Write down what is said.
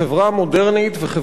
וחברה בכלל,